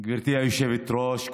גברתי היושבת-ראש,